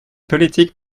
politique